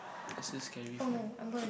it's still scary for me